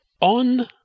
On